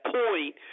point